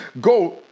go